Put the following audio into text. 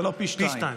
פי שניים.